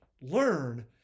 Learn